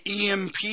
EMP